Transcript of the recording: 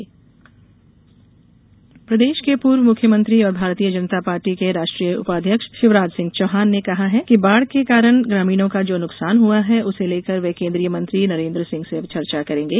बाढ़ शिवराज प्रदेष के पूर्व मुख्यमंत्री और भारतीय जनता पार्टी के राष्ट्रीय उपाध्यक्ष शिवराज सिंह चौहान ने कहा है कि बाढ़ के कारण ग्रामीणों का जो नुकसान हुआ है उसे लेकर वे केन्द्रीय मंत्री नरेन्द्र सिंह से चर्चा करेंगे